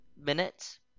minutes